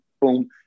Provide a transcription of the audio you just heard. Boom